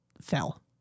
fell